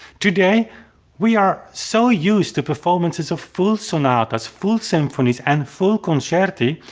today we are so used to performances of full sonatas, full symphonies and full concerti,